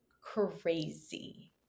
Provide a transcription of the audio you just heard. crazy